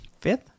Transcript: fifth